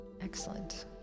Excellent